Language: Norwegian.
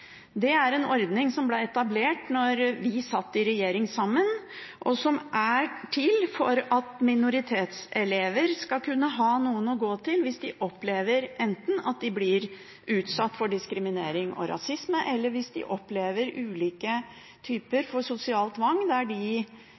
Det er en ordning som ble etablert da vi satt i regjering sammen, og som er til for at minoritetselever skal kunne ha noen å gå til hvis de opplever enten at de blir utsatt for diskriminering og rasisme, eller at de opplever ulike typer for sosial tvang og de